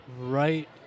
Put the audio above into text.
right